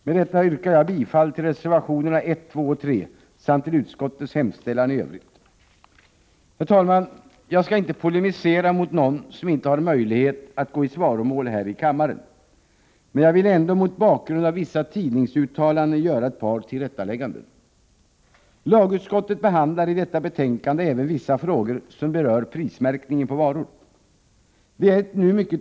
Med detta yrkar jag bifall till reservationerna 1, 2 och 3 samt till utskottets hemställan i övrigt. Herr talman! Jag skall inte polemisera mot någon som inte har möjlighet att gå i svaromål här i kammaren, men jag vill ändå mot bakgrund av vissa tidningsuttalanden göra ett par tillrättalägganden. Lagutskottet behandlar i detta betänkande vissa frågor som berör prismärkningen på varor.